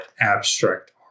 abstract